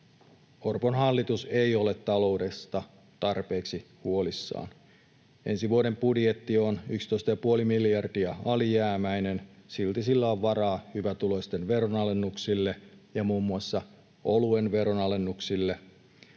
Orpon hallitus ei ole taloudesta tarpeeksi huolissaan. Ensi vuoden budjetti on 11,5 miljardia alijäämäinen, silti sillä on varaa hyvätuloisten veronalennuksille ja muun muassa oluen veronalennuksille.